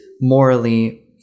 morally